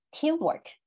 teamwork